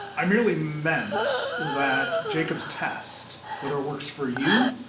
i merely meant that jacob's test, whether it works for you,